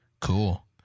cool